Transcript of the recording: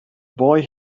boy